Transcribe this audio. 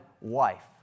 wife